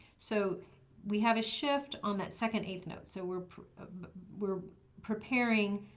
so we have a shift on that second eighth note so we're we're preparing